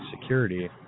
security